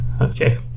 okay